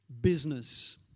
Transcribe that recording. business